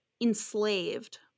enslaved